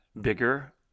bigger